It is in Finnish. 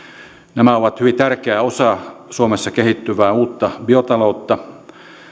nämä ovat hyvin tärkeä osa suomessa kehittyvää uutta biotaloutta